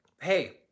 hey